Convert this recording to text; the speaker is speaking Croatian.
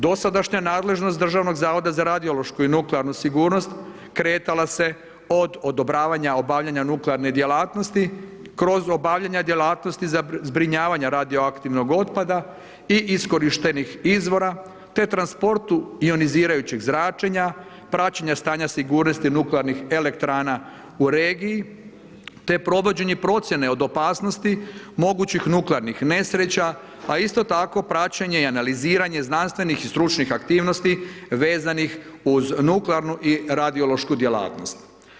Dosadašnja nadležnost Državnog zavoda za radiološku i nuklearnu sigurnost kretala se od odobravanja obavljanja nuklearne djelatnosti kroz obavljanja djelatnosti za zbrinjavanje radioaktivnog otpada i iskorištenih izvora, te transportu ionizirajućeg zračenja, praćenja stanja sigurnosti nuklearnih elektrana u regiji, te provođenje i procijene od opasnosti mogućih nuklearnih nesreća, a isto tako praćenje i analiziranje znanstvenih i stručnih aktivnosti vezanih uz nuklearnu i radiološku djelatnost.